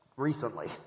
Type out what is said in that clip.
recently